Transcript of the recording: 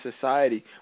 society